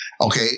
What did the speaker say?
Okay